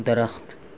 درخت